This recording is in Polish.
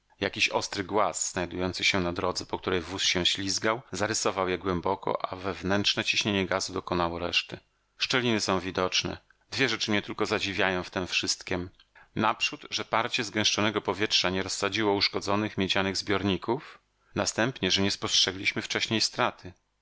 jakiś ostry głaz znajdujący się na drodze po której wóz się ślizgał zarysował je głęboko a wewnętrzne ciśnienie gazu dokonało reszty szczeliny są widoczne dwie rzeczy mnie tylko zadziwiają w tem wszystkiem naprzód że parcie zgęszczonego powietrza nie rozsadziło uszkodzonych miedzianych zbiorników następnie że nie spostrzegliśmy wcześniej straty